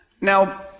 Now